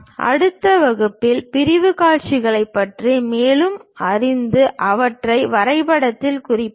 அடுத்த வகுப்பில் பிரிவுக் காட்சிகளைப் பற்றி மேலும் அறிந்து அவற்றை வரைபடத்தில் குறிப்போம்